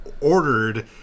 ordered